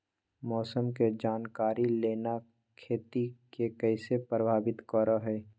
मौसम के जानकारी लेना खेती के कैसे प्रभावित करो है?